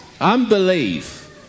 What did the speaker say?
unbelief